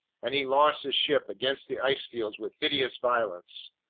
and he launched his ship against the ice fields with hideous violence.